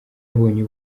yabonye